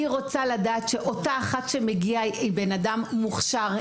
אני רוצה לדעת שאותה אחת שמגיעה היא בן אדם מוכשר,